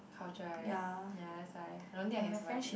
culture right ya that's why I don't think I can survive in the